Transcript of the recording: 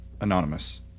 anonymous